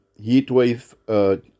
Heatwave